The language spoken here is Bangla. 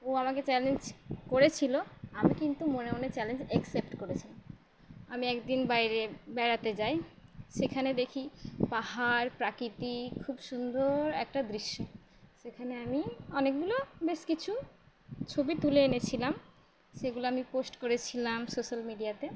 ও আমাকে চ্যালেঞ্জ করেছিলো আমি কিন্তু মনে মনে চ্যালেঞ্জ অ্যাকসেপ্ট করেছিলাম আমি একদিন বাইরে বেড়াতে যাই সেখানে দেখি পাহাড় প্রাকৃতিক খুব সুন্দর একটা দৃশ্য সেখানে আমি অনেকগুলো বেশ কিছু ছবি তুলে এনেছিলাম সেগুলো আমি পোস্ট করেছিলাম সোশ্যাল মিডিয়াতে